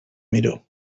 miró